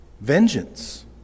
Vengeance